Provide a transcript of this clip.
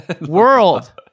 world